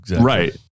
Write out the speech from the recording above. Right